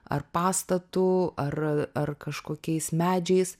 ar pastatu ar ar kažkokiais medžiais